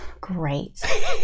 Great